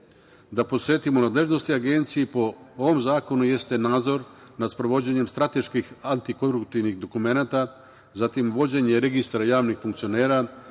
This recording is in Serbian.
Da podsetimo, nadležnosti Agencije po ovom zakonu jeste nadzor nad sprovođenjem strateških antikoruptivnih dokumenta, zatim vođenje registra javnih funkcionera,